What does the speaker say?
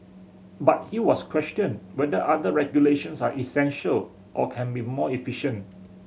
but he has questioned whether other regulations are essential or can be more efficient